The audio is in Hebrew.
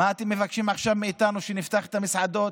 מה אתם מבקשים עכשיו מאיתנו שנפתח את המסעדות?